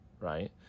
right